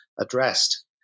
addressed